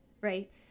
Right